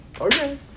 Okay